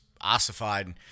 ossified